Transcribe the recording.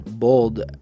bold